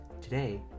Today